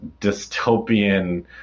dystopian